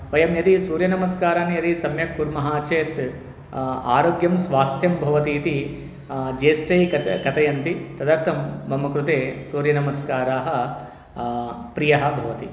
वयं यदि सूर्यनमस्कारान् यदि सम्यक् कुर्मः चेत् आरोग्यं स्वास्थ्यं भवति इति ज्येष्ठैः कथ कथयन्ति तदर्थं मम कृते सूर्यनमस्काराः प्रियाः भवन्ति